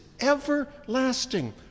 everlasting